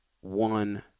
one